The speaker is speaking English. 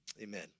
Amen